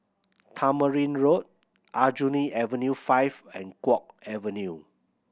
Tamarind Road Aljunied Avenue Five and Guok Avenue